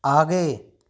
आगे